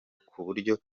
nk’uburyo